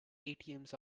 atms